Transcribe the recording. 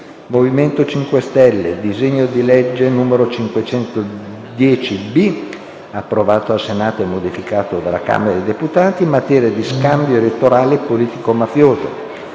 MoVimento 5 Stelle: disegno di legge n. 510-B (approvato dal Senato e modificato dalla Camera dei deputati), in materia di scambio elettorale politico-mafioso;